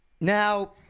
Now